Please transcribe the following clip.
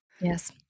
Yes